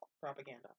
Propaganda